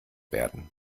werden